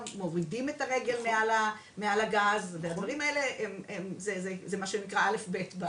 מורידים את הרגל מעל הגז והדברים האלה זה מה שנקרא א'-ב'.